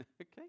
Okay